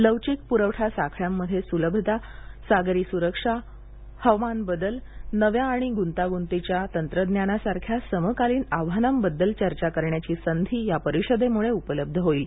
लवचिक प्रवठा साखळ्यांमध्ये सुलभता सागरी सुरक्षा हवामान बदल नव्या आणि ग्रंताग्रंतीच्या तंत्रज्ञानासारख्या समकालीन आव्हानांबद्दल चर्चा करण्याची संधी या परिषदेमुळे उपलब्ध होईल